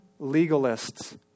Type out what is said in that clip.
legalists